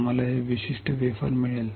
आम्हाला हे विशिष्ट वेफर मिळेल